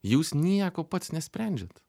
jūs nieko pats nesprendžiant